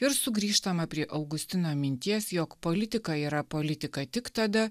ir sugrįžtama prie augustino minties jog politika yra politika tik tada